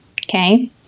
Okay